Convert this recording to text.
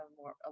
more